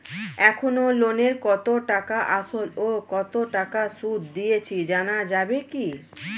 এখনো লোনের কত টাকা আসল ও কত টাকা সুদ দিয়েছি জানা যাবে কি?